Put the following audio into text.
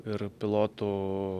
ir pilotų